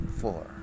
four